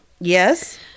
Yes